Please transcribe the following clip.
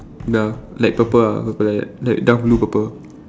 ya like purple ah purple like that like dark blue purple